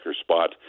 spot